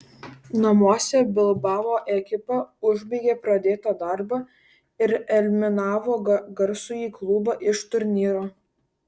namuose bilbao ekipa užbaigė pradėtą darbą ir eliminavo garsųjį klubą iš turnyro